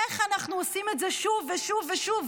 איך אנחנו עושים את זה שוב ושוב ושוב?